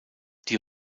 die